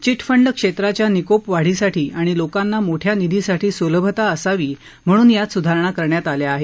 chit fund क्षेत्राच्या निकोप वाढीसाठी आणि लोकांना मोठ्या निधीसाठी सुलभता असावी म्हणून यात सुधारणा करण्यात आल्या आहेत